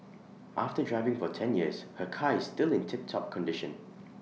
after driving for ten years her car is still in tiptop condition